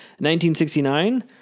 1969